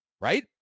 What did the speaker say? right